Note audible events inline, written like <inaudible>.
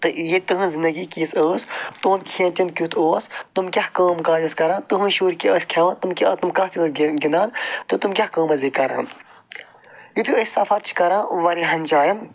تہٕ یہِ تٕہٕنٛز زندگی کِژھ ٲس تُہُنٛد کھٮ۪ن چٮ۪ن کیُتھ اوس تِم کیٛاہ کٲم کاج ٲسۍ کران تٕہٕنٛدۍ شُرۍ کیٛاہ ٲسۍ کھٮ۪وان تِم کیٛاہ تِم کَتھ ٲسۍ <unintelligible> گِنٛدان تہٕ تِم کیٛاہ کٲم ٲسۍ بیٚیہِ کران یُتھُے أسۍ سفر چھِ کران واریاہَن جایَن